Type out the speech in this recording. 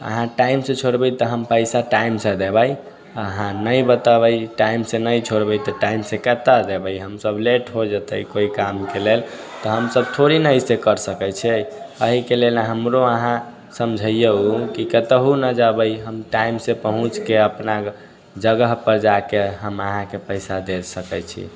अहाँ टाइम से छोड़बै तऽ हम पैसा टाइम से देबै अहाँ नहि बतेबै टाइम से नहि छोड़बै तऽ टाइम से कतऽ देबै हम हमसब लेट हो जेतै कोइ कामके लेल तऽ हमसब थोड़े ना ऐसे कर सकैत छै अहिके लेल हमरो अहाँ समझिऔ कि कतहुँ नहि जेबै हम टाइम से पहुँचके अपना जगह पर जाके हम अहाँकेँ पैसा दे सकैत छी